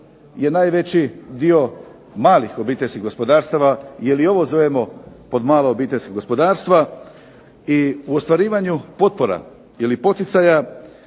da najveći dio malih obiteljskih gospodarstava jel i ovo zovemo pod malo obiteljsko gospodarstvo i ostvarivanju potpora ili poticaja